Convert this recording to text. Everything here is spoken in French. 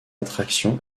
attraction